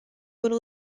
would